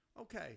Okay